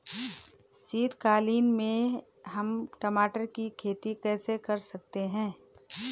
शीतकालीन में हम टमाटर की खेती कैसे कर सकते हैं?